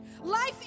Life